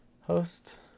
host